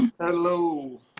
Hello